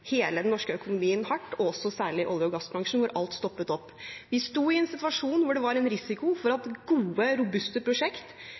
hele den norske økonomien hardt, og særlig olje- og gassbransjen, hvor alt stoppet opp. Vi sto i en situasjon hvor det var en risiko for